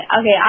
okay